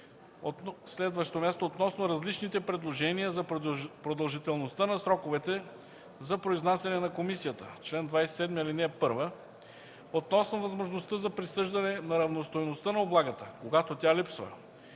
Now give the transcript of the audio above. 27, ал. 6); - Относно различните предложения за продължителността на сроковете за произнасяне на комисията (чл. 27, ал. 1); - Относно възможността за присъждане на равностойността на облагата, когато тя липсва;